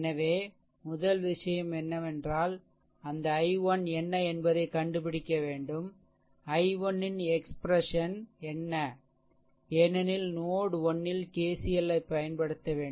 எனவே முதல் விஷயம் என்னவென்றால் அந்த i1 என்ன என்பதைக் கண்டுபிடிக்க வேண்டும் i1இன் எக்ஸ்ப்ரசன் என்னஏனெனில் நோட் 1 இல் KCL ஐப் பயன்படுத்த வேண்டும்